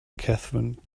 catherine